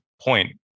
point